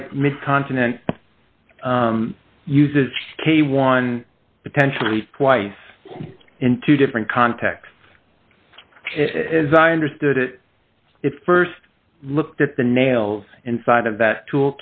like mid continent uses k y on potentially twice in two different contexts as i understood it it st looked at the nails inside of that too